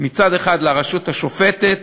מצד אחד לרשות השופטת,